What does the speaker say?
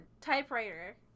typewriter